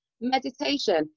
Meditation